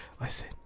Listen